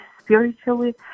spiritually